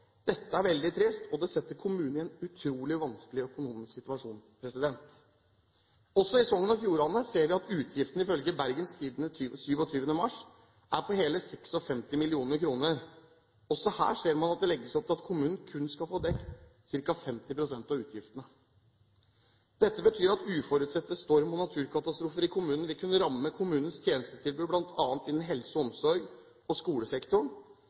Dette er veldig trist og setter kommunene i en utrolig vanskelig økonomisk situasjon. I Sogn og Fjordane ser vi at utgiftene, ifølge Bergens Tidende 27. mars, er på hele 56 mill. kr. Også her ser man at det legges opp til at kommunene kun skal få dekket ca. 50 pst. av utgiftene. Dette betyr at uforutsette storm- og naturkatastrofer i kommunen vil kunne ramme kommunens tjenestetilbud, bl.a. innen helse og omsorg og skolesektoren,